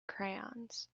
crayons